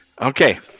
Okay